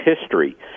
history